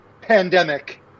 pandemic